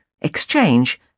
exchange